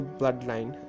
bloodline